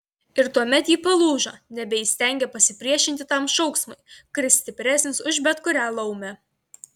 ir tuomet ji palūžo nebeįstengė pasipriešinti tam šauksmui kuris stipresnis už bet kurią laumę